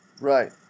Right